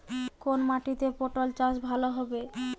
কোন মাটিতে পটল চাষ ভালো হবে?